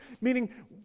Meaning